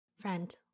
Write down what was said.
Friend